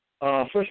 First